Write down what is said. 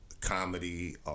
comedy